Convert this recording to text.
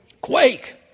Quake